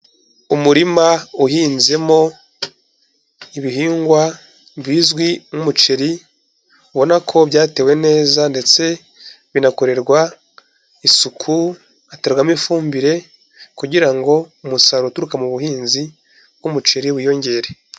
Umurima uhinzemo ibihingwa bizwi nk'umuceri, ubona ko byatewe neza ndetse binakorerwa isuku, haterwamo ifumbire kugira ngo umusaruro uturuka mu buhinzi bw'umuceri wiyongere.